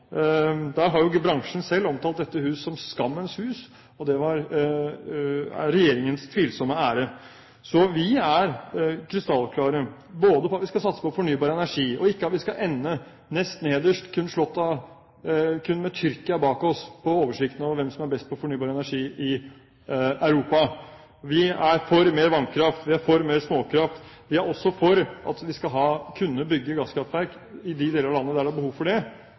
der har jo bransjen selv omtalt dette hus som skammens hus. Det var regjeringens tvilsomme ære. Så vi er krystallklare på at vi skal satse på fornybar energi, og ikke skal ende nest nederst, kun med Tyrkia bak oss, på oversikten over hvem som er best på fornybar energi i Europa. Vi er for mer vannkraft, vi er for mer småkraft. Vi er også for at vi skal kunne bygge gasskraftverk i de delene av landet der det er behov for det,